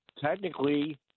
Technically